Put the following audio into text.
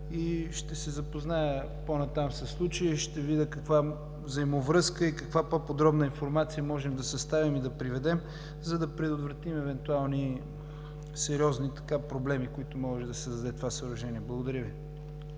Ще се запозная по-натам със случая и ще видя каква взаимовръзка и каква по-подробна информация можем да съставим и да приведем, за да предотвратим евентуални сериозни проблеми, които може да създаде това съоръжение. Благодаря Ви.